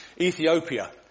Ethiopia